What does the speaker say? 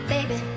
Baby